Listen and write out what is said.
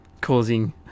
causing